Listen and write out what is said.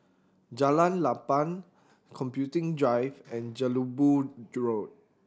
Jalan Lapang Computing Drive and Jelebu Road